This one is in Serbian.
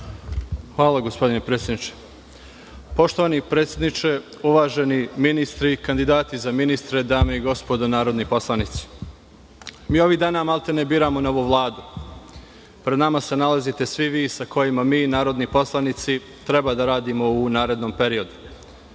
Hvala gospodine predsedniče. Poštovani predsedniče, uvaženi ministri, kandidati za ministre, dame i gospodo narodni poslanici, mi ovih dana maltene biramo novu Vladu. Pred nama se nalazite svi vi sa kojima mi, narodni poslanici, treba da radimo u narednom periodu. Mi